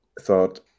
thought